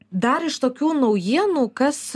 dar iš tokių naujienų kas